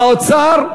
האוצר,